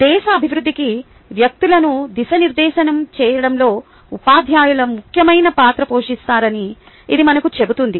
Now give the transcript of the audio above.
దేశ అభివృద్ధికి వ్యక్తులను దిశనిర్దేశనం చేయడంలో ఉపాధ్యాయులు ముఖ్యమైన పాత్ర పోషిస్తారని ఇది మనకు చెబుతుంది